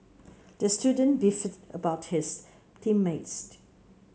the student beefed about his team mates